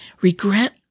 Regret